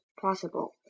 possible